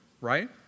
right